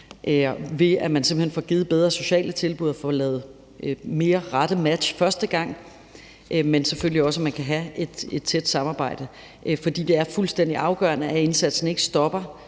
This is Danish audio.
ved at man simpelt hen får givet bedre sociale tilbud og får lavet mere rigtige match første gang, men selvfølgelig også kan have et tæt samarbejde. For det er fuldstændig afgørende, at indsatsen ikke stopper,